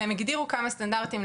והם הגדירו כמה סטנדרטים,